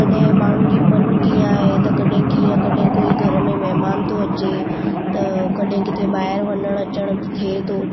कॾहिं माण्हू जी मनु कीअं आहे त कॾहिं कीअं कॾहिं कोई घर में महिमानु थो अचे त कॾहिं किथे ॿाहिरि अचणु वञणु थिए थो